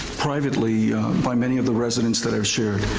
privately by many of the residents that i've shared.